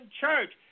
church